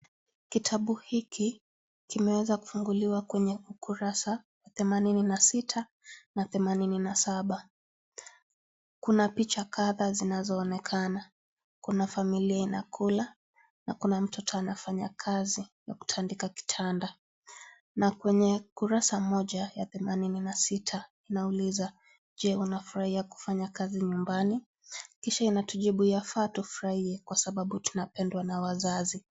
Kitabu hiki kimeweza kufunguliwa kwenye kurasa 86 na 87 kuna picha kadhaa zinazoonekana. Kuna familia inakula na kuna mtoto anafanya kazi ya kutandika kitanda. Na kwenye kurasa moja ya 86 inauliza, 'Je, unafurahia kufanya kazi nyumbani?' Kisha inatujibu 'Yafaa tufurahie kwa sababu tunapendwa na wazazi.